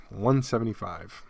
$175